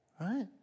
right